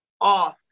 off